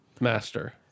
master